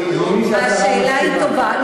אני מבין שהשרה מסכימה, השאלה היא טובה.